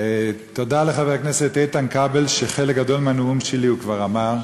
תודה לחבר הכנסת איתן כבל שחלק גדול מהנאום שלי הוא כבר אמר,